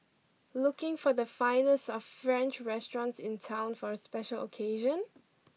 looking for the finest of French restaurants in town for a special occasion